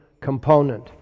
component